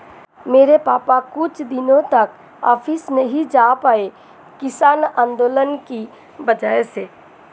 मेरे पापा कुछ दिनों तक ऑफिस नहीं जा पाए किसान आंदोलन की वजह से